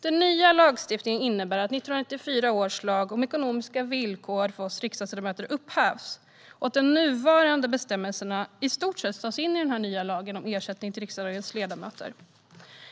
Den nya lagstiftningen innebär att 1994 års lag om ekonomiska villkor för oss riksdagsledamöter upphävs och att de nuvarande bestämmelserna i stort sett tas in i den nya lagen om ersättning till riksdagens ledamöter.